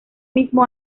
mismo